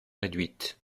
réduites